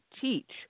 teach